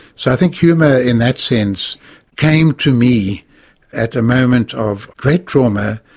so i think humour in that sense came to me at a moment of great trauma,